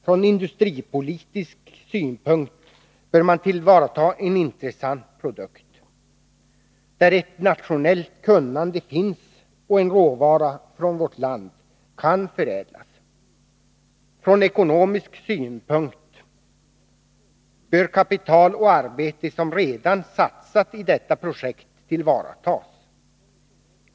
Från industripolitisk synpunkt bör man tillvarata en intressant produkt där ett nationellt kunnande finns och en råvara från vårt land kan förädlas. Från ekonomisk synpunkt bör kapital och arbete som redan satsats i detta projekt tillvaratas.